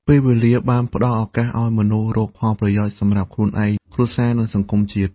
ពេលវេលាបានផ្តល់ឱកាសអោយមនុស្សរកផលប្រយោជន៍សំរាប់ខ្លួនឯង គ្រួសារនិងសង្គមជាតិ។